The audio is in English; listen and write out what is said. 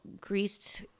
greased